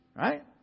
right